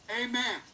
Amen